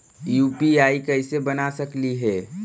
UPI कैसे बना सकली हे?